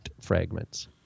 fragments